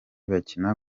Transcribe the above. bakina